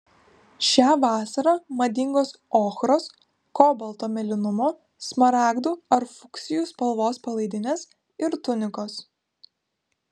šią vasarą madingos ochros kobalto mėlynumo smaragdų ar fuksijų spalvos palaidinės ir tunikos